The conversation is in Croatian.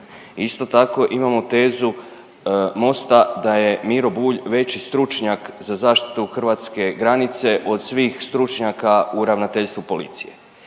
Isto tako imamo tezu Mosta da je Miro Bulj veći stručnjak za zaštitu hrvatske granice od svih stručnjaka u Ravnateljstvu policije,